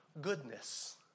goodness